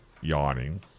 yawning